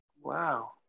Wow